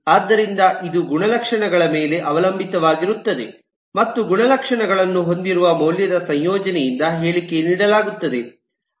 ಆದ್ದರಿಂದ ಇದು ಗುಣಲಕ್ಷಣಗಳ ಮೇಲೆ ಅವಲಂಬಿತವಾಗಿರುತ್ತದೆ ಮತ್ತು ಗುಣಲಕ್ಷಣಗಳನ್ನು ಹೊಂದಿರುವ ಮೌಲ್ಯದ ಸಂಯೋಜನೆಯಿಂದ ಹೇಳಿಕೆ ನೀಡಲಾಗುತ್ತದೆ